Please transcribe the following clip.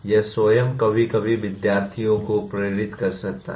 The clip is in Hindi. यह स्वयं कभी कभी विद्यार्थियों को प्रेरित कर सकता है